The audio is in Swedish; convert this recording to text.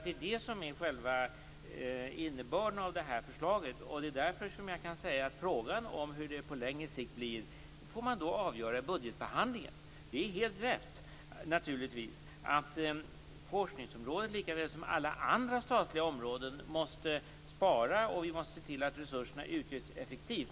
Det är det som är själva innebörden av det här förslaget, och det är därför jag kan säga att frågan om hur det blir på längre sikt får avgöras i budgetbehandlingen. Det är naturligtvis helt rätt att forskningsområdet lika väl som alla andra statliga områden måste spara och att vi måste se till att resurserna utnyttjas effektivt.